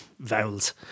Vowels